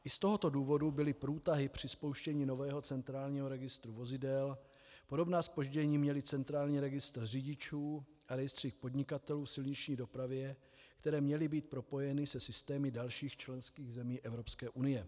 I z tohoto důvodu byly průtahy při spouštění nového centrálního registru vozidel, podobná zpoždění měly centrální registr řidičů a rejstřík podnikatelů v silniční dopravě, které měly být propojeny se systémy dalších členských zemí Evropské unie.